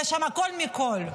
יש שם הכול מהכול.